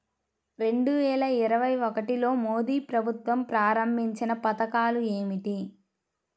రెండు వేల ఇరవై ఒకటిలో మోడీ ప్రభుత్వం ప్రారంభించిన పథకాలు ఏమిటీ?